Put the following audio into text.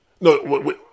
No